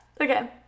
okay